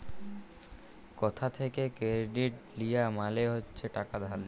কথা থ্যাকে কেরডিট লিয়া মালে হচ্ছে টাকা ধার লিয়া